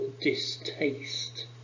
distaste